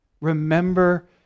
remember